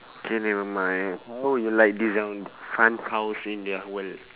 K never mind how would you like design fun house in the world